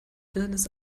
deines